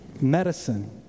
medicine